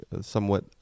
somewhat